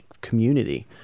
community